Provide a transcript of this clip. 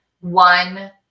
one